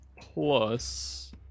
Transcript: plus